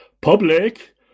Public